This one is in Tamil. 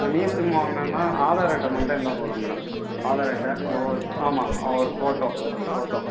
நியூ சிம்மு வாங்கணும்னா ஆதார் அட்டை மட்டும் இருந்தால் போதும் மேடம் ஆதார் அட்டை உங்கள் ஒரு ஆமாம் ஒரு ஃபோட்டோ ஒரு ஃபோட்டோ